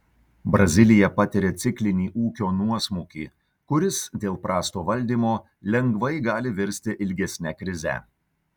brazilija patiria ciklinį ūkio nuosmukį kuris dėl prasto valdymo lengvai gali virsti ilgesne krize